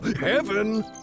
heaven